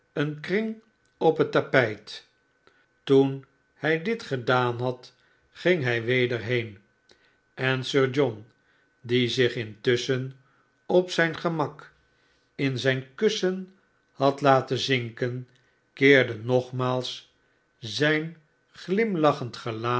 een kring op het tapijt toen hij dit gedaan had ging hij weder heen en sir john die zich intusschen op zijn gemak in zijn kussen had laten zinken keerdenogmaals zijn